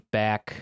back